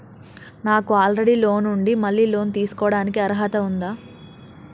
నాకు already loan ఉండి మళ్ళీ లోన్ తీసుకోవడానికి అర్హత ఉందా?